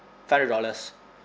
five hundred dollars